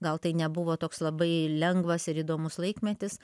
gal tai nebuvo toks labai lengvas ir įdomus laikmetis